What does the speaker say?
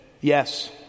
yes